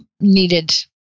needed